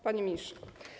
Panie Ministrze!